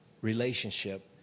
relationship